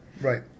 Right